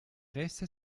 reste